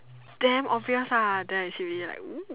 damn obvious lah then I see already like !woo!